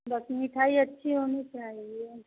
बस मिठाई अच्छी होनी चाहिए